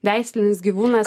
veislinis gyvūnas